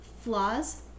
flaws